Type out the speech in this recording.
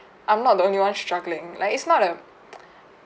I'm not the only one struggling like it's not a